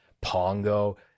Pongo